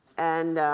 and